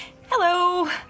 hello